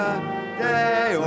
day